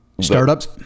startups